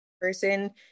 person